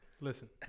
Listen